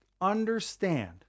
understand